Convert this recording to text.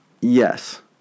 Yes